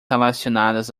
relacionadas